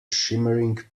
shimmering